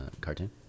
cartoon